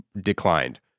declined